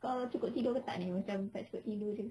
kau cukup tidur ke tak ni macam tak cukup tidur jer